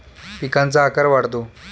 पिकांचा आकार वाढतो